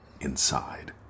inside